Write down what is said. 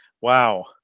wow